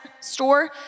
store